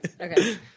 Okay